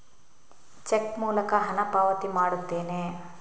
check ಮೂಲಕ ಹಣ ಪಾವತಿ ಮಾಡುತ್ತೇನೆ